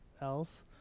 else